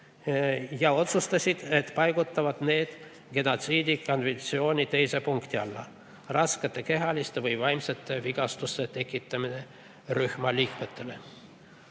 ja otsustasid, et nad paigutavad need genotsiidikonventsiooni teise punkti alla: raskete kehaliste või vaimsete vigastuste tekitamine rühma